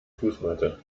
fußmatte